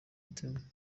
otema